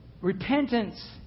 Repentance